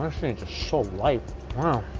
um so light wow,